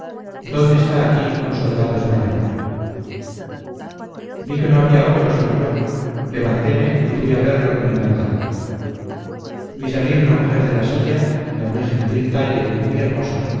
dónde está aquí un soldado español vi que no había otro sino yo levantéme y fui a ver lo que me mandaba vi salir una mujer de la silla de muy gentil talle y muy hermosa